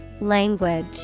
Language